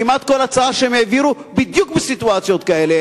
כמעט כל הצעה הם העבירו בדיוק בסיטואציות כאלה,